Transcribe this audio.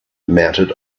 mounted